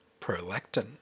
prolactin